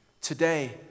Today